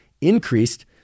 increased